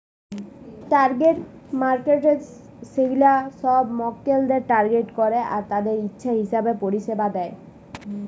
target markets সেগুলা সব মক্কেলদের টার্গেট করে আর তাদের ইচ্ছা হিসাবে পরিষেবা দেয়